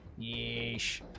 Yeesh